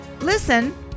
Listen